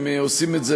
והם עושים את זה,